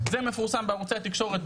זה מפורסם בערוצי התקשורת,